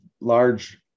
large